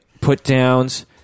put-downs